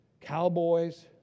Cowboys